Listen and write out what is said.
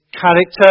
character